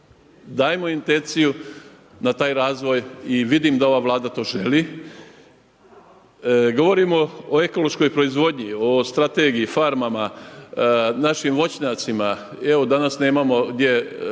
dajemo intenciju da taj razvoj i vidim da ova vlada to želi. Govorimo o ekološkoj proizvodnji, o strategiji, farmama, našim voćnjacima, evo danas nemamo gdje